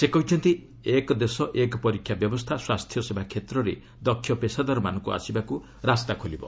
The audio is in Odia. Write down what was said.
ସେ କହିଛନ୍ତି 'ଏକ୍ ଦେଶ ଏକ୍ ପରୀକ୍ଷା' ବ୍ୟବସ୍ଥା ସ୍ୱାସ୍ଥ୍ୟସେବା କ୍ଷେତ୍ରରେ ଦକ୍ଷ ପେସାଦାରମାନଙ୍କୁ ଆସିବାକୁ ରାସ୍ତା ଖୋଲିବ